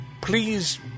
please